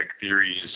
theories